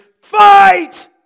fight